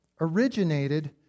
originated